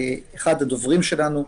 אחד הדוברים שלנו,